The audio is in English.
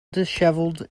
dishevelled